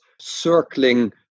circling